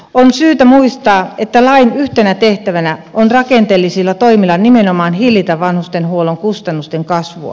on syytä muistaa että lain yhtenä tehtävä on rakenteellisilla toimilla nimenomaan hillitä vanhustenhuollon kustannusten kasvua